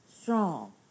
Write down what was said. strong